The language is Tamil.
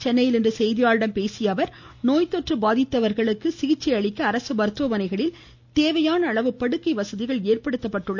சென்னையில் இன்று செய்தியாளர்களிடம் பேசிய அவர் நோய் தொற்று பாதித்தவர்களுக்கு சிகிச்சை அளிக்க அரசு மருத்துவமனைகளில் தேவையான அளவு படுக்கை வசதிகள் ஏற்படுத்தப்பட்டுள்ளதாகவும் கூறினார்